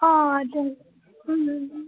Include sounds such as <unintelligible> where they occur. অঁ <unintelligible>